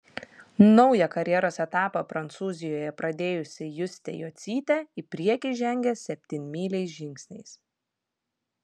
naują karjeros etapą prancūzijoje pradėjusi justė jocytė į priekį žengia septynmyliais žingsniais